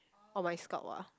on my scalp ah